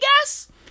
guess